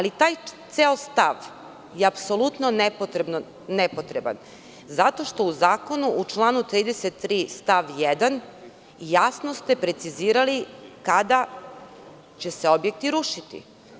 Ceo taj stav je apsolutno nepotreban zato što u Zakonuu članu 33. stav 1. jasno ste precizirali kada će se objekti rušiti.